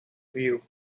view